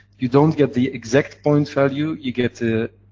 you don't get the exact point value, you get the